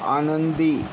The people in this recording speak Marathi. आनंदी